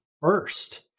first